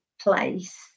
place